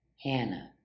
Hannah